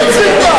אני אצא.